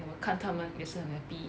我看他们也是很 happy